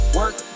work